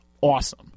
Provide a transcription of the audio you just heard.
awesome